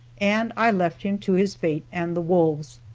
and i left him to his fate and the wolves,